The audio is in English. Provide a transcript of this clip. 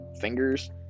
fingers